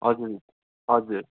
हजुर हजुर